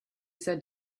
said